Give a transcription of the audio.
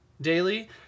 daily